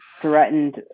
threatened